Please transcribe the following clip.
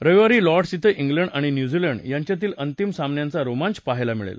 रविवारी लॉर्डस इथं इंग्लंड आणि न्यूझीलंड यांच्यातील अंतिम सामन्याचा रोमांच पहायला मिळेल